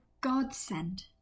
godsend